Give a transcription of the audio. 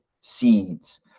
seeds